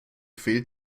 fehlt